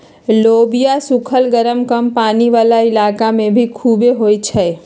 लोबिया सुखल गरम कम पानी वाला इलाका में भी खुबे होई छई